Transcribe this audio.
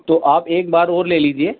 تو آپ ایک بار اور لے لیجئے